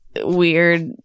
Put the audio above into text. weird